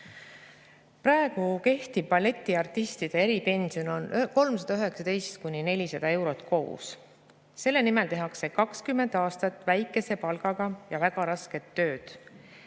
Praegu kehtiv balletiartistide eripension on 319–400 eurot kuus. Selle nimel tehakse 20 aastat väikese palgaga ja väga rasket tööd.